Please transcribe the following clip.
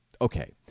Okay